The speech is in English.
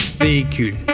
véhicule